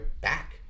back